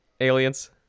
aliens